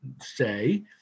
say